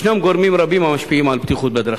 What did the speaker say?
ישנם גורמים רבים המשפיעים על הבטיחות בדרכים.